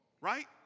Right